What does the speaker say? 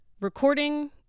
recording